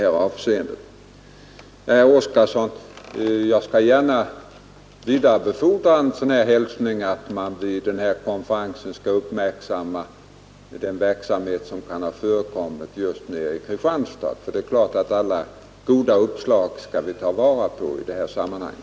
Jag skall naturligtvis gärna vidarebefordra hälsningen från herr Oskarson, att man vid den här konferensen bör uppmärksamma den verksamhet som har förekommit i Kristianstad; det är klart att vi skall ta vara på alla goda uppslag.